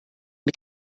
mit